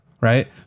right